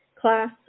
class